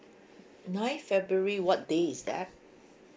nine february what day is that